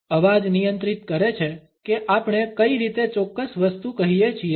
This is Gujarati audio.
અવાજ નિયંત્રિત કરે છે કે આપણે કઈ રીતે ચોક્કસ વસ્તુ કહીએ છીએ